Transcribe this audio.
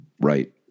Right